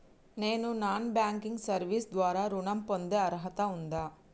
నేను non banking service ద్వారా ఋణం పొందే అర్హత ఉందా?